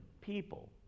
people